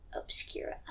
obscura